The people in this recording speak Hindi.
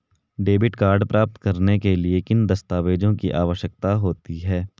डेबिट कार्ड प्राप्त करने के लिए किन दस्तावेज़ों की आवश्यकता होती है?